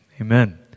amen